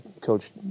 coach